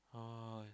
!wah!